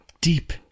Deep